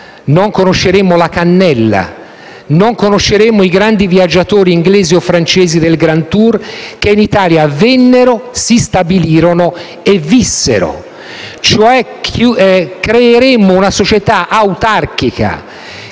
non conosceremmo la cannella, non conosceremmo i grandi viaggiatori inglesi o francesi del *Grand Tour*, che in Italia vennero, si stabilirono e vissero. Creeremo, cioè, una società autarchica